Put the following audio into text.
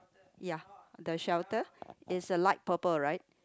ya the shelter it's uh light purple right